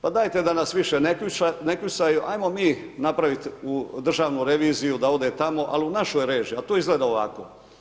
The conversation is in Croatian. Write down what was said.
Pa dajte da nas više ne kljucaju, ajmo mi napraviti Državnu reviziju da ode tamo ali u našoj režiji a to izgleda ovako.